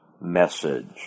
message